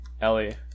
Ellie